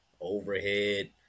overhead